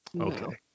Okay